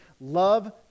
Love